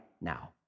now